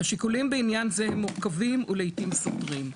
"השיקולים בעניין זה הם מורכבים, ולעתים סותרים.